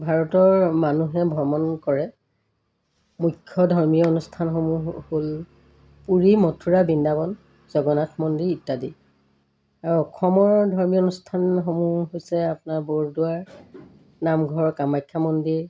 ভাৰতৰ মানুহে ভ্ৰমণ কৰে মুখ্য ধৰ্মীয় অনুষ্ঠানসমূহ হ'ল পুৰি মথুৰা বৃন্দাবন জগন্নাথ মন্দিৰ ইত্যাদি আৰু অসমৰ ধৰ্মীয় অনুষ্ঠানসমূহ হৈছে আপোনাৰ বৰদোৱাৰ নামঘৰ কামাখ্যা মন্দিৰ